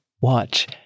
watch